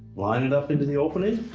line it up into the opening.